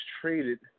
traded